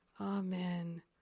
Amen